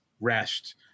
rest